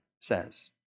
says